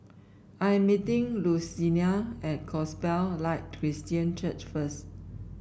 I am meeting Luciana at Gospel Light Christian Church first